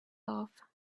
love